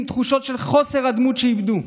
עם תחושות המחסור של הדמות שאיבדו.